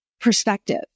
perspective